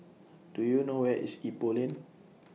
Do YOU know Where IS Ipoh Lane